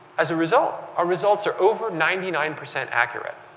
as a result, our results are over ninety nine percent accurate.